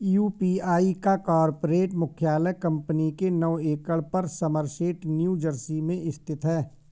UPI का corporate मुख्यालय company के नौ एकड़ पर समरसेट न्यू जर्सी में स्थित है